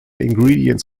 ingredients